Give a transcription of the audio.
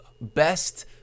best